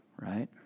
Right